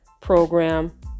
program